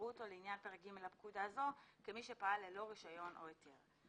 יראו אותו לעניין פרק ג' לפקודה זו כמי שפעל ללא רישיון או היתר.